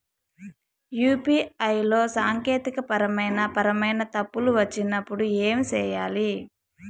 UPI లో సాంకేతికపరమైన పరమైన తప్పులు వచ్చినప్పుడు ఏమి సేయాలి